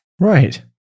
Right